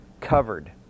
covered